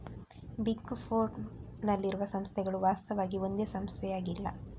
big four ನಲ್ಲಿರುವ ಸಂಸ್ಥೆಗಳು ವಾಸ್ತವವಾಗಿ ಒಂದೇ ಸಂಸ್ಥೆಯಾಗಿಲ್ಲ